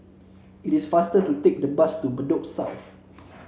it is faster to take the bus to Bedok South